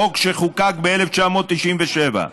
החוק שחוקק ב-1997.